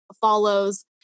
follows